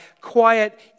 quiet